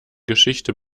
geschichte